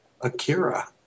Akira